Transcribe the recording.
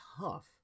tough